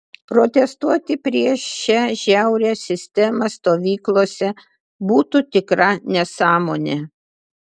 protestuoti prieš šią žiaurią sistemą stovyklose būtų tikra nesąmonė